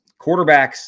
quarterbacks